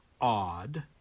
odd